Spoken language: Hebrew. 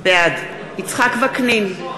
בעד יצחק וקנין,